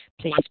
Please